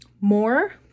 more